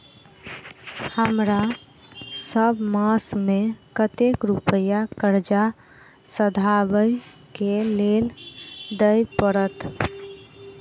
हमरा सब मास मे कतेक रुपया कर्जा सधाबई केँ लेल दइ पड़त?